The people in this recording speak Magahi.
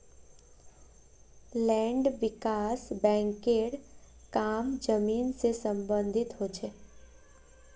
लैंड विकास बैंकेर काम जमीन से सम्बंधित ह छे